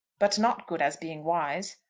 but not good as being wise?